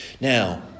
Now